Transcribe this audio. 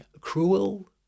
cruel